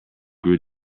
grew